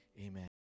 Amen